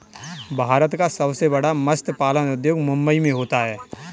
भारत का सबसे बड़ा मत्स्य पालन उद्योग मुंबई मैं होता है